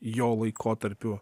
jo laikotarpiu